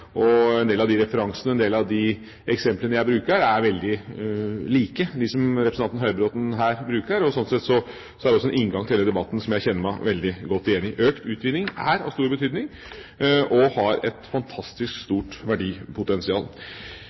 og en del av de referansene, de eksemplene, jeg bruker, er veldig like dem som representanten Høybråten her bruker. Slik sett er også det en inngang til debatten som jeg kjenner meg veldig godt igjen i. Økt utvinning er av stor betydning og har et fantastisk stort verdipotensial.